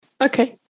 okay